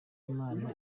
imana